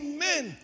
Amen